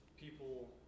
people